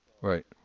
right